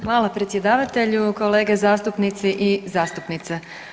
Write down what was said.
Hvala, predsjedavatelju, kolege zastupnici i zastupnice.